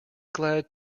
glad